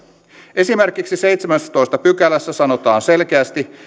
esimerkiksi seitsemännessätoista pykälässä sanotaan selkeästi